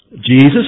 Jesus